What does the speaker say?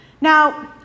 Now